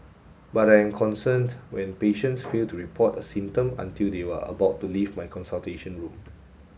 but I am concerned when patients fail to report a symptom until they were about to leave my consultation room